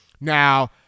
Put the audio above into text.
Now